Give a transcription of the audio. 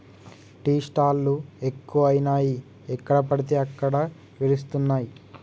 tea stall లు ఎక్కువయినాయి ఎక్కడ పడితే అక్కడ వెలుస్తానయ్